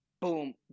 boom